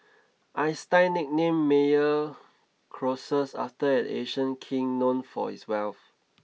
Einstein nicknamed Meyer Croesus after an ancient king known for his wealth